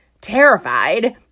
terrified